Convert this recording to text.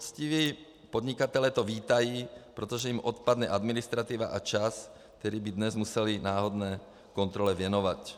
Poctiví podnikatelé to vítají, protože jim odpadne administrativa a čas, který by dnes museli náhodné kontrole věnovat.